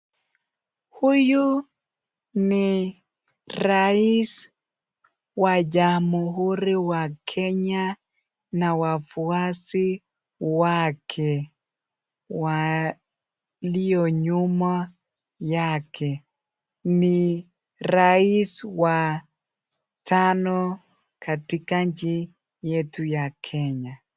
Huyu ni rais wa jamhuri wa Kenya na wafuasi wake walionyuma yake ,ni rais wa tano katika nchi yetu ya Kenya.